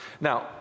Now